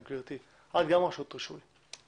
גם את רשות רישוי.